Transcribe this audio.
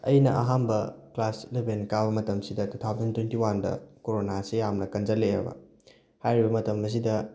ꯑꯩꯅ ꯑꯍꯥꯟꯕ class eleven ꯀꯥꯕ ꯃꯇꯝꯁꯤꯗ ꯇꯨ ꯊꯥꯎꯖꯟ ꯇ꯭ꯋꯦꯟꯇꯤ ꯋꯥꯟꯗ ꯀꯣꯔꯣꯅꯥꯁꯦ ꯌꯥꯝꯅ ꯀꯟꯖꯜꯂꯛꯑꯦꯕ ꯍꯥꯏꯔꯤꯕ ꯃꯇꯝ ꯑꯁꯤꯗ